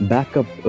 Backup